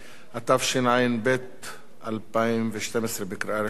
התשע"ב 2012, קריאה ראשונה.